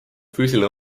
füüsiline